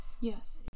yes